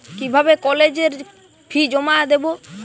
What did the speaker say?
কিভাবে কলেজের ফি জমা দেবো?